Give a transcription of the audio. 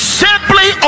simply